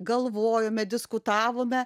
galvojome diskutavome